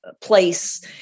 place